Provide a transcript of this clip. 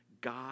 God